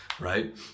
right